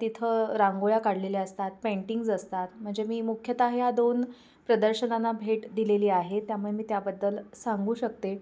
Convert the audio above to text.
तिथं रांगोळ्या काढलेल्या असतात पेंटिंग्ज असतात म्हणजे मी मुख्यतः ह्या दोन प्रदर्शनांना भेट दिलेली आहे त्यामुळे मी त्याबद्दल सांगू शकते